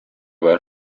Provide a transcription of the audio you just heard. were